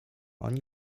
oni